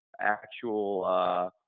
actual